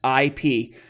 IP